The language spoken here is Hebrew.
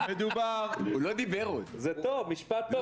לא מוחאים כפיים בישיבת ועדה.